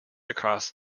across